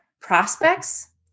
prospects